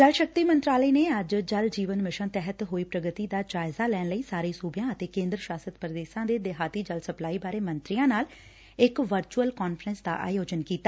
ਜਲ ਸ਼ਕਤੀ ਮੰਤਰਾਲੇ ਨੇ ਅੱਜ ਜਲ ਜੀਵਨ ਮਿਸ਼ਨ ਤਹਿਤ ਪ੍ਰਗਤੀ ਦਾ ਜਾਇਜ਼ਾ ਲੈਣ ਲਈ ਸਾਰੇ ਸੁਬਿਆਂ ਅਤੇ ਕੇਂਦਰ ਸ਼ਾਸਤ ਪੁਦੇਸ਼ਾਂ ਦੇ ਦੇਹਾਤੀ ਜਲ ਸਪਲਾਈ ਬਾਰੇ ਮੰਤਰੀਆਂ ਨਾਲ ਇਕ ਵਰਚੁਅਲ ਕਾਨਫਰੰਸ ਦਾ ਆਯੋਜਿਨ ਕੀਤਾ